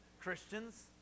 Christians